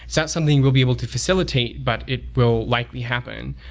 that's something we'll be able to facilitate, but it will likely happen.